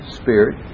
spirit